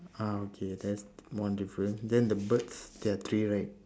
ah okay that's one difference then the birds there are three right